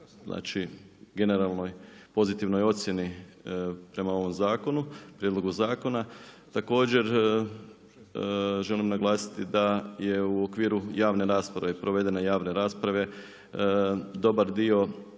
znači generalnoj pozitivnoj ocjeni prema ovom zakonu, prijedlogu zakona. Također želim naglasiti da je u okviru javne rasprave, provedene javne rasprave dobar dio